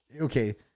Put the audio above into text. okay